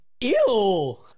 Ew